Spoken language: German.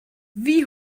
wie